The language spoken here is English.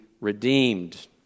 redeemed